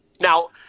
now